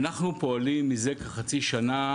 אנחנו פועלים זה כחצי שנה,